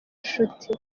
nshuti